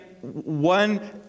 one